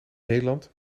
nederland